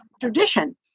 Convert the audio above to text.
tradition